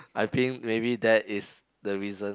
I think maybe that is the reason